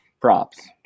props